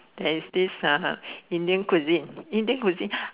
there is uh Indian cuisine Indian cuisine